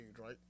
right